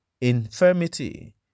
infirmity